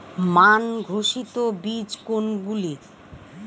মান ঘোষিত বীজ কোনগুলি?